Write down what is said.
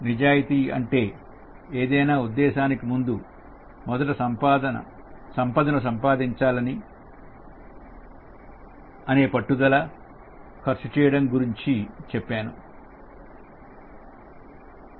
నిజాయితీ అంటే ఏదైనా ఉద్దేశానికి ముందు మొదటి సంపదను సంపాదించాలని పట్టుదల ఖర్చు చేయడం గురించి చెప్పాను